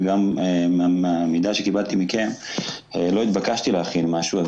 וגם מן המידע שקיבלתי מכם לא התבקשתי להכין משהו.